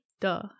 duh